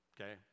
Okay